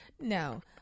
No